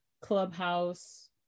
Clubhouse